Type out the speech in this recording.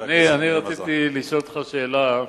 חבר הכנסת גדעון עזרא.